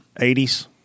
80s